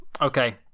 Okay